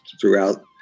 throughout